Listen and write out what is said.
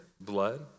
blood